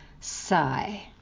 Sigh